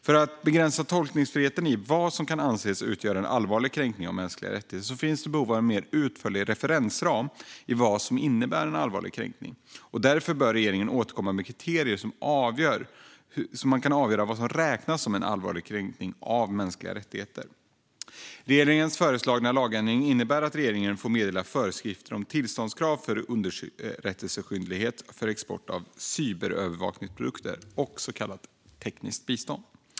För att begränsa tolkningsfriheten gällande vad som ska anses utgöra allvarliga kränkningar av mänskliga rättigheter finns det behov av en mer utförlig referensram för vad som innebär allvarliga kränkningar. Därför bör regeringen återkomma med kriterier för att avgöra vad som räknas som allvarliga kränkningar av mänskliga rättigheter. Regeringens föreslagna lagändring innebär att regeringen får meddela föreskrifter om tillståndskrav och underrättelseskyldighet för export av cyberövervakningsprodukter och så kallat tekniskt bistånd.